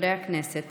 חברי הכנסת